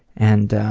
and,